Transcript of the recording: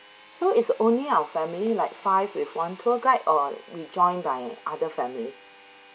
so it's only our family like five with one tour guide or will join by other family